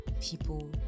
people